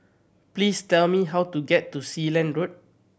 please tell me how to get to Sealand Road